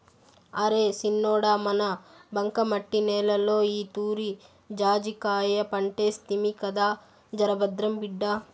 అరే సిన్నోడా మన బంకమట్టి నేలలో ఈతూరి జాజికాయ పంటేస్తిమి కదా జరభద్రం బిడ్డా